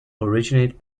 originated